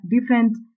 different